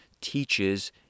teaches